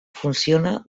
funciona